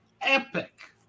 epic